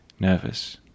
Nervous